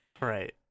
Right